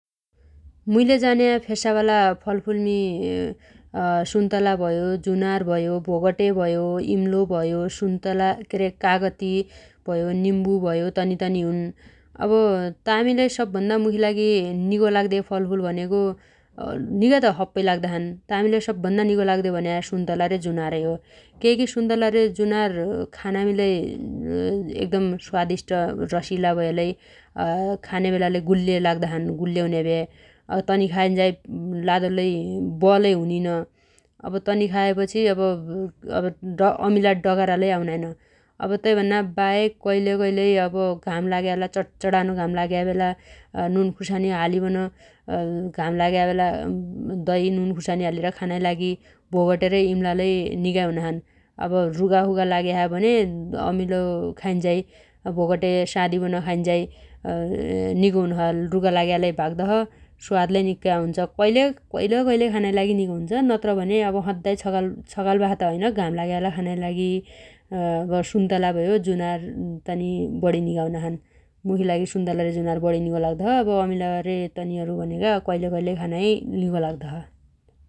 मुइले जान्या फेस्सावाला फलफुलमी सुन्तला भयो, जुनार भयो, भोगटे भयो, इम्लो भयो, सुन्तला केरे कागती भयो, निम्बु भयो तनी तनी हुन् । अब तामी लै सब्भन्ना मुखीलागी निगो लाग्दे फलफुल भनेगो निगा त सप्पै लाग्दा छन् तामी लै सब्भन्ना निगो लाग्दे भन्या सुन्तला रे जुनारै हो । केइगी सुन्तला रे जुनार खानामी लै एकदम स्वादिष्ट रसिला भयालै खानेबेलालै गुल्ल्या लाग्दाछन् गुल्ल्या हुन्याभ्या । तनी खाइन्झाइ लादो लै ब लै हुनिन। अब तनी खाएपछि अमिला डगारालै आउनाइन । अब तैभन्नाबाहेक कैलकैलै अब घाम लाग्या बेला चण्चणानो घाम लाग्या बेला नुनखुसानी हालिबन घाम लाग्या बेला दहि नुन खुसानी हालेर खानाइ लागि भोगटे रे इम्लालै निगा हुनाछन् । अब रुघासुगा लाग्या छ भने अमिलो खाइन्झाइ भोगटे सादिबन खाइन्झाइ निगो हुनोछ । रुघा लाग्या लै भाग्दो छ । स्वाद लै निक्कै आउन्छ । कइल कैलै खानाइ लागि निगो हुन्छ नत्रभने अब सद्दाइ छगालबासा त हैन घाम लाग्या खानाइ लागि सुन्तला भ्यो जुनार तनि बढि निगा हुनाछन् । मुखीलागि सुन्तला रे जुनार बणी निगो लाग्दो छ । अब अमिला रे तनीहरु भनेगा कइलकइलै खानाइ निगो लाग्दो छ ।